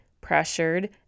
pressured